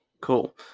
Cool